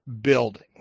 building